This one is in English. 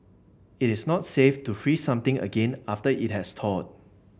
it is not safe to freeze something again after it has thawed